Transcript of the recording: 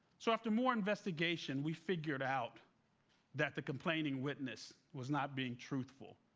so after more investigation, we figured out that the complaining witness was not being truthful.